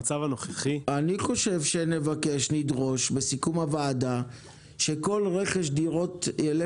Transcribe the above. אני חושב שנבקש לדרוש בסיכום הוועדה שכל רכש דירות ילך